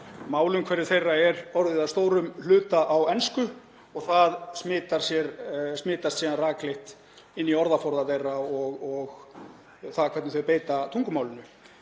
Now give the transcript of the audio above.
málumhverfi þeirra er orðið að stórum hluta á ensku og það smitast síðan rakleitt inn í orðaforða þeirra og hvernig þau beita tungumálinu.